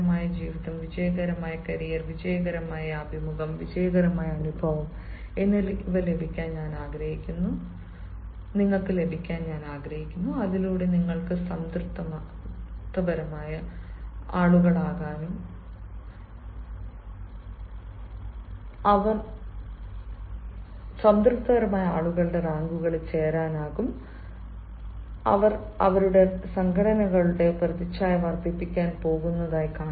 വിജയകരമായ ജീവിതം വിജയകരമായ കരിയർ വിജയകരമായ അഭിമുഖം വിജയകരമായ അനുഭവം എന്നിവ ലഭിക്കാൻ ഞാൻ ആഗ്രഹിക്കുന്നു അതിലൂടെ നിങ്ങൾക്ക് സംതൃപ്തരായ ആളുകളുടെ റാങ്കുകളിൽ ചേരാനാകും അവർ അവരുടെ സംഘടനകളുടെ പ്രതിച്ഛായ വർദ്ധിപ്പിക്കാൻ പോകുന്നു